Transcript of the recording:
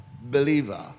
believer